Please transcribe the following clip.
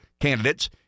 candidates